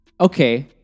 Okay